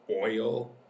oil